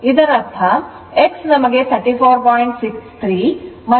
ಆದ್ದರಿಂದ x ನಮಗೆ 34